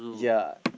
yea